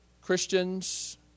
Christians